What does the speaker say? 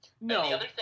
No